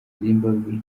zimbabwe